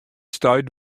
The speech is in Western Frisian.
stuit